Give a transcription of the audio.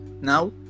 Now